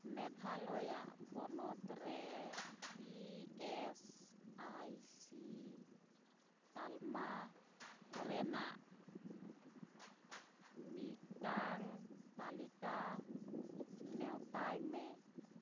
ᱢᱮᱜᱷᱟᱞᱚᱭᱟ ᱯᱚᱱᱚᱛ ᱨᱮ E S I C ᱛᱟᱞᱢᱟ ᱠᱚᱨᱮᱱᱟᱜ ᱢᱤᱫᱴᱟᱝ ᱛᱟᱞᱤᱠᱟ ᱱᱮᱣᱛᱟᱭ ᱢᱮ